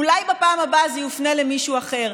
אולי בפעם הבאה זה יופנה למישהו אחר.